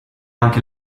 anche